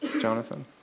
Jonathan